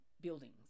buildings